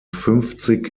fünfzig